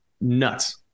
nuts